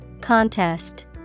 Contest